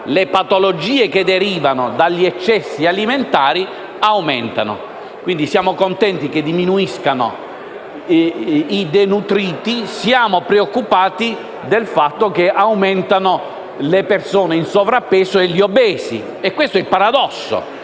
le patologie che derivano dagli eccessi alimentari. Quindi siamo contenti che diminuiscano i denutriti, ma siamo preoccupati per il fatto che aumentino le persone in sovrappeso e gli obesi. Questo è il paradosso